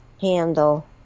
handle